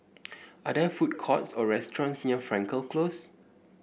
are there food courts or restaurants near Frankel Close